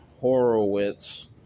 Horowitz